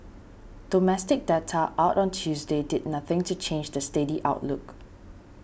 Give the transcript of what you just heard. domestic data out on Tuesday did nothing to change the steady outlook